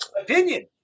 opinion